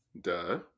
Duh